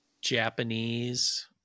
Japanese